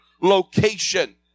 location